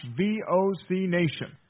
vocnation